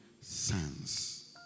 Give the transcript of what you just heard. Sons